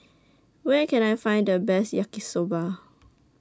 Where Can I Find The Best Yaki Soba